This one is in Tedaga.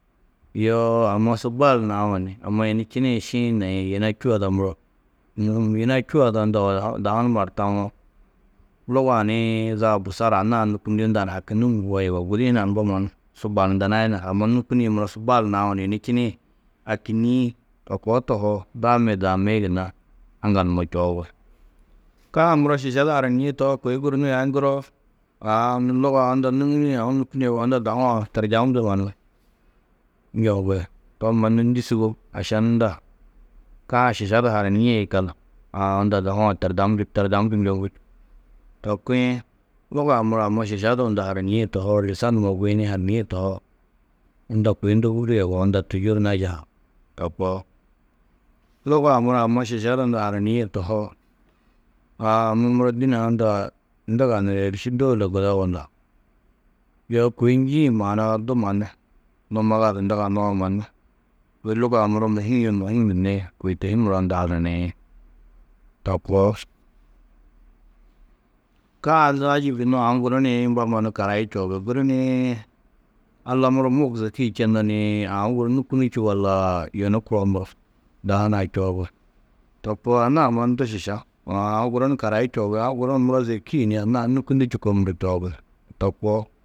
Yoo amma su bal nawo ni amma yunu činĩ šiĩ naîe, yina čû ada muro mûhum. Yina čû ada unda dahu numa du tawo, luga-ã niĩ zaga busar anna-ã nûkundi, unda ni haki nûŋumo yugó. Gudi hunã ni mbo mannu su bal ndunai na, amma nûkunĩ muro su bal nau ni yunu činĩ akîniĩ. To koo tohoo, daamo yê daamó yê gunna aŋgal numa čoobi. Ka-ã muro šiša du haranîe tohoo, kôi guru aya nû ŋgiroo, aã nû luga-ã unda nûŋie aũ nûkunie yugó, unda dahu-ã turjam du mannu njoŋgi. To mannu ndû sûbob, ašan unda ka-ã šiša du haranîe yikallu. Aã, unda dahu-ã turdam turdam du njoŋgi. To kuĩ, luga-ã muro amma šiša du unda haranîe tohoo, lîsan numa guyini, hananîe tohoo, unda kôi ndoburîe yugó, unda tûyur nayiha To koo. Luga ã muro amma šiša du unda haranîe tohoo, aa, amma muro dîne-ã ha unda nduganu ni êriši dôula guda walla, yoo kôi njîĩ maana-ã du mannu numaga du nduganoo mannu kôi luga-ã môhim yê môhim gunnó yê kôi tohi muro unda hananiĩ. To koo. Ka-ã nû ayib gunnoo, aũ guru nii mbo mannu karayi čoobi, guru nii Alla muro muh zotîe čenno nii, aũ guru nûkini čî wallaa yunu koo muro, da hunã čoobi. To koo, anna-ã mannu du šiša, aã guru ni karayi čoobi, aũ guru ni, muro zêki ni anna-ã nûkundi čûkoo muro čoobi to koo.